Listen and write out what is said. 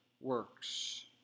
works